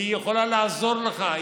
היא יכולה לעזור לך,